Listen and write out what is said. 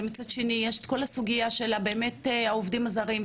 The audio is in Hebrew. ומצד שני יש את כל הסוגייה של העובדים הזרים,